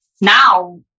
now